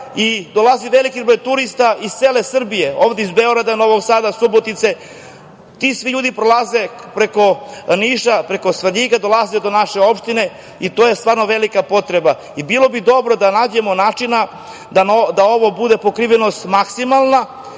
i dolazi veliki broj turista iz cele Srbije, ovde iz Beograda, Novog Sada, Subotice. Ti svi ljudi prolaze preko Niša, preko Svrljiga dolaze do naše opštine i to je stvarno velika potreba. Bilo bi dobro da nađemo načina da ovo bude pokrivenost maksimalna,